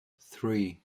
three